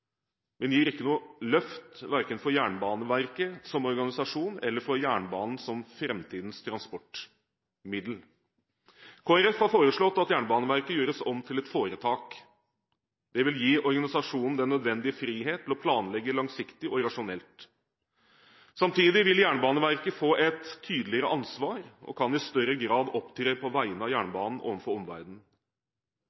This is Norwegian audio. men gir ikke noe løft verken for Jernbaneverket som organisasjon eller for jernbanen som framtidig transportmiddel. Kristelig Folkeparti har foreslått at Jernbaneverket gjøres om til et foretak. Det vil gi organisasjonen den nødvendige frihet til å planlegge langsiktig og rasjonelt. Samtidig vil Jernbaneverket få et tydeligere ansvar og kan i større grad opptre på vegne av